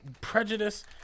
prejudice